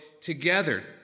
together